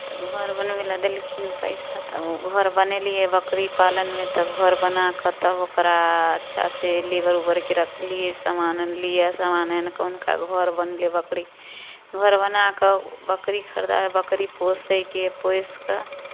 तऽ घर बनबै लए देलखिन पैसा तऽ घर बनेलियै बकरी पालनमे तऽ घर बना कऽ तब ओकरा अच्छासँ लेबर उबरके रखलियै सामान आनलियै सामान आनि कऽ हुनका घर बनेलियै बकरी घर बना कऽ बकरी खरीद बकरी पोसयके पोसि कऽ